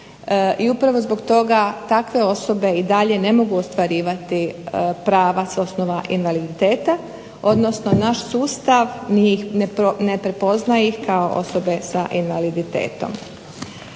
i upravo zbog toga takve osobe i dalje ne mogu ostvarivati prava sa osnova invaliditeta, odnosno naš sustav ne prepoznaje ih kao osobe sa invaliditetom.